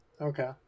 okay